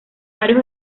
varios